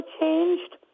changed